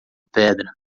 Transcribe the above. pedra